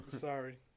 Sorry